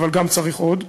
גם צריך עוד.